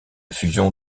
fusion